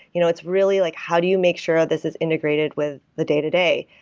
you know it's really like how do you make sure this is integrated with the day-to-day,